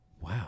wow